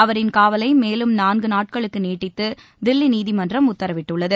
அவரின் காவலை மேலும் நான்கு நாட்களுக்கு நீட்டித்து தில்லி நீதிமன்றம் உத்தரவிட்டுள்ளது